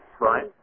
Right